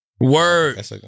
Word